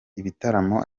ibitaramo